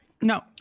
no